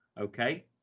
okay